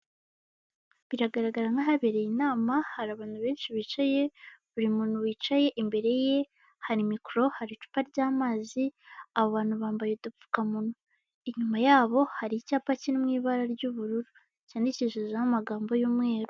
Biragaragara nk'ahabereye inama hari abantu benshi bicaye buri muntu wicaye imbere ye hari mikokoro, hari icupa ry'amazi; abo bantu bambaye udupfukamunwa, inyuma yabo hari icyapa kiri mu ibara ry'ubururu cyandikishijeho amagambo y'umweru.